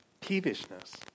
peevishness